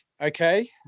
Okay